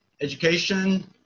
education